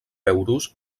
euros